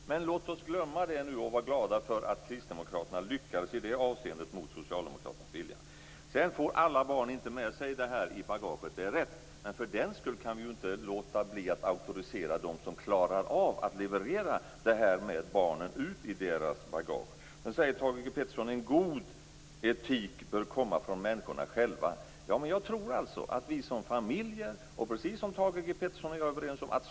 Men låt oss glömma det nu och vara glada för att Kristdemokraterna i det avseendet lyckades genomföra någonting mot Socialdemokraternas vilja. Alla barn får inte med sig etik i bagaget. Det är rätt. För den skull kan vi inte låta bli att auktorisera dem som klarar av att leverera etik till barnen så att de får den med sig i sitt bagage. Thage G Peterson säger att en god etik bör komma från människorna själva. Jag tror att familjerna och skolan måste leverera mycket. Thage G Peterson och jag är överens.